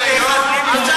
זה ישראבלוף.